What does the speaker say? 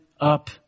up